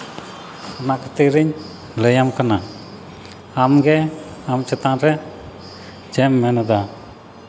ᱞᱟᱹᱠᱛᱤ ᱨᱤᱧ ᱞᱟᱹᱭᱟᱢ ᱠᱟᱱᱟ ᱟᱢᱜᱮ ᱟᱢ ᱪᱮᱛᱟᱱ ᱨᱮ ᱪᱮᱫ ᱮᱢ ᱢᱮᱱ ᱮᱫᱟ